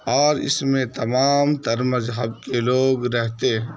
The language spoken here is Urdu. اور اس میں تمام تر مذہب کے لوگ رہتے ہیں